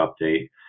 update